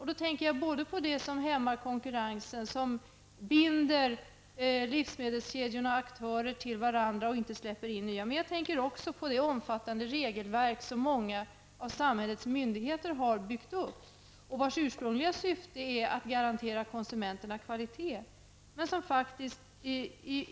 Jag tänker både på åtgärder som hämmar konkurrensen och binder livsmedelskedjornas aktörer till varandra och inte släpper in nya aktörer, och det omfattande regelverk som många av samhällets myndigheter har byggt upp, vars ursprungliga syfte är att garantera konsumenterna kvalitet.